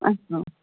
अस्तु